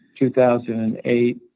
2008